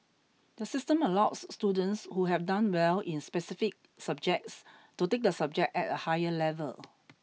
the system allows students who have done well in specific subjects to take the subject at a higher level